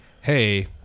hey